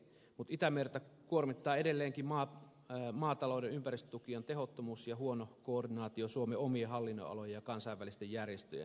itämerta kuormittaa edelleenkin maatalouden ympäristötukien tehottomuus ja huono koordinaatio suomen omien hallinnonalojen ja kansainvälisten järjestöjen kesken